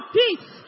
peace